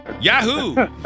Yahoo